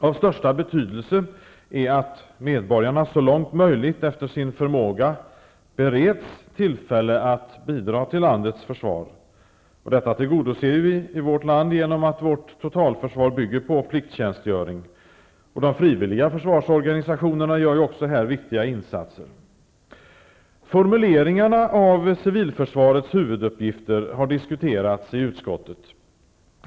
Av största betydelse är att medborgarna så långt som möjligt bereds tillfälle att efter egen förmåga bidra till landets försvar. Detta krav tillgodoser vi i vårt land genom att vårt totalförsvar bygger på plikttjänstgöring. De frivilliga försvarsorganisationerna gör också viktiga insatser härvidlag. Formuleringarna beträffande civilförsvarets huvuduppgifter har diskuterats i utskottet.